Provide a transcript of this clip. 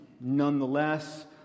Nonetheless